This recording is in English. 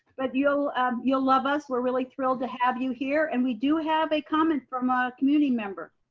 but you'll um you'll love us. we're really thrilled to have you here. and we do have a comment from a community member.